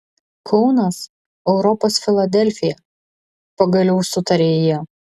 kaunas europos filadelfija pagaliau sutarė jie